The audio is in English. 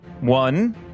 One